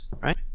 right